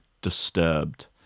disturbed